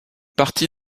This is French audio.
partie